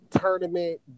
tournament